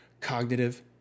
cognitive